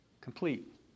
complete